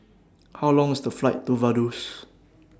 How Long IS The Flight to Vaduz